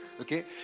Okay